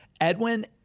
Edwin